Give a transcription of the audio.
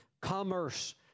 commerce